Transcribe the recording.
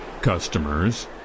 customers